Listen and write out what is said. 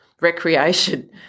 recreation